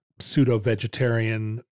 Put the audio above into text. pseudo-vegetarian